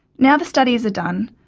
now the studies are done,